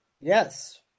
Yes